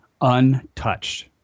untouched